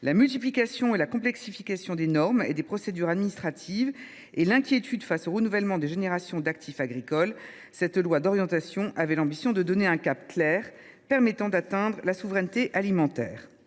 la multiplication et la complexification des normes et des procédures administratives, et l’inquiétude face au renouvellement des générations d’actifs agricoles, cette loi d’orientation avait l’ambition de donner un cap clair permettant d’atteindre la souveraineté alimentaire.